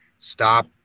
stop